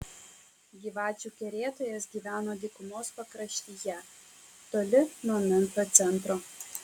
gyvačių kerėtojas gyveno dykumos pakraštyje toli nuo memfio centro